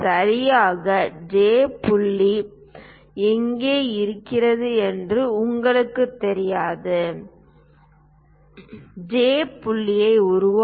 சரியாக J புள்ளி எங்கே இருக்கும் என்று எங்களுக்குத் தெரியாது ஜே புள்ளியை உருவாக்க